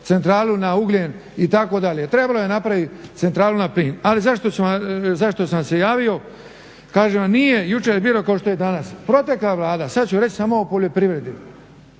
centralu na ugljen itd. Trebalo je napraviti centralu na plin. Ali zašto sam se javio, kažem vam nije jučer bilo kao što je danas. Protekla Vlada, sad ću reć samo o poljoprivredi,